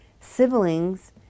siblings